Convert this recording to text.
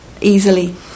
easily